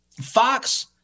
Fox